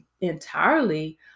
entirely